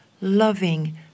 loving